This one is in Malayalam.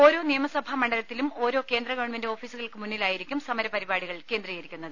ഓരോ നിയമസഭാ മണ്ഡലത്തിലും ഓരോ കേന്ദ്രഗവൺമെന്റ് ഓഫീസുകൾക്ക് മുന്നിലാ യിരിക്കും സമരപരിപാടികൾ കേന്ദ്രീകരിക്കുന്നത്